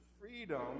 freedom